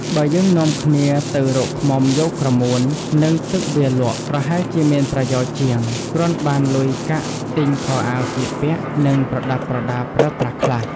បើយើងនាំគ្នាទៅរកឃ្មុំយកក្រមួន និងទឹកវាលក់ ប្រហែលជាមានប្រយោជន៍ជាង គ្រាន់បានលុយកាក់ទិញខោអាវស្លៀកពាក់ និងប្រដាប់ប្រដាប្រើប្រាស់ខ្លះ។